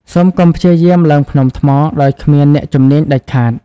សូមកុំព្យាយាមឡើងភ្នំថ្មដោយគ្មានអ្នកជំនាញដាច់ខាត។